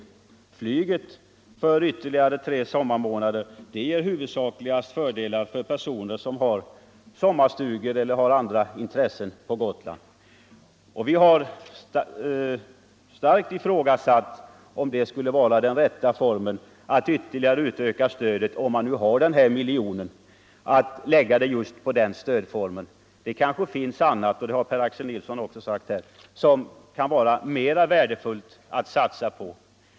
Stöd till flyget under ytterligare tre sommarmånader ger huvudsakligast fördelar åt personer som har sommarstugor eller andra intressen på Gotland, och vi har starkt ifrågasatt om det skulle vara den rätta formen att ytterligare utöka stödet. Om man nu har I miljon till förfogande, så tycker vi inte att det är rätt att lägga den på ytterligare flygstöd. Det kan kanske finnas annat — och det har herr Nilsson i Visby också sagt här — som kan vara mera värdefullt att satsa på.